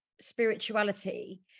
spirituality